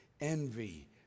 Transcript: envy